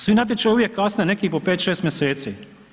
Svi natječaji uvijek kasne, neki po 5, 6 mjeseci.